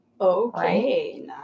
Okay